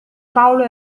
paolo